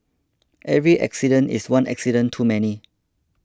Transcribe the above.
every accident is one accident too many